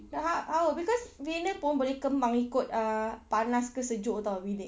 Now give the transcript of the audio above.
then how how because vinyl pun boleh kembang ikut uh panas atau sejuk [tau] bilik